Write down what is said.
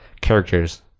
characters